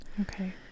Okay